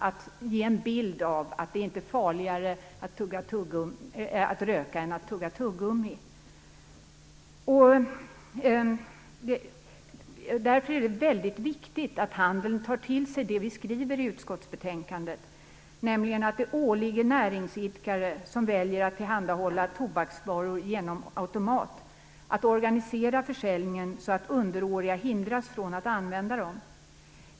Det ger en bild av att det inte är farligare att röka än att tugga tuggummi. Därför är det väldigt viktigt att handeln tar till sig det vi skriver i utskottsbetänkandet, nämligen att det åligger näringsidkare som väljer att tillhandahålla tobaksvaror genom automat att organisera försäljningen så att underåriga hindras från att använda dem.